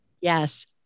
Yes